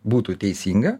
būtų teisinga